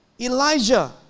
Elijah